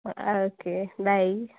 okay bye